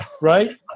right